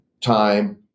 time